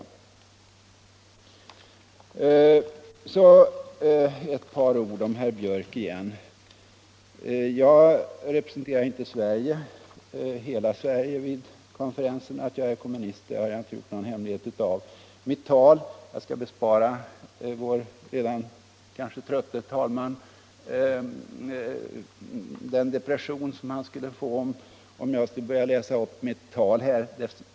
Så ett par ord till herr Björck igen. Jag representerade inte hela Sverige Nr 63 vid konferensen. Herr Björck kan vara lugn. Att jag är kommunist har Tisdagen den jag aldrig gjort någon hemlighet av. Jag skall bespara vår kanske redan 10 februari 1976 trötte talman det svårmod han kanske skulle råka in i om jag började läsa upp mitt tal här.